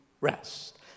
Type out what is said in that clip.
rest